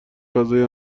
فضای